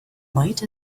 might